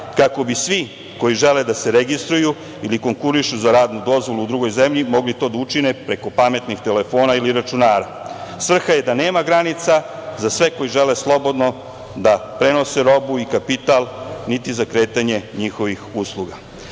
kako bi svi koji žele da se registruju ili konkurišu za radnu dozvolu u drugoj zemlji mogli to da učine preko pametnih telefona ili računara. Svrha je da nema granica za sve koji žele slobodno da prenose robu i kapital, niti za kretanje njihovih